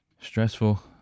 Stressful